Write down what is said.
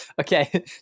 Okay